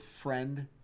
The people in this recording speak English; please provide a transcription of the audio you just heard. friend